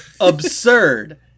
Absurd